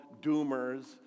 doomers